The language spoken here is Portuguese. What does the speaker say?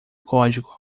código